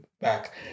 back